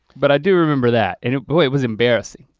but i do remember that, and boy it was embarrassing,